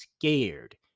scared